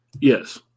Yes